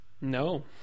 No